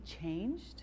changed